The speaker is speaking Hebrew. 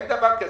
אין דבר כזה.